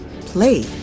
Play